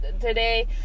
Today